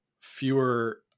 fewer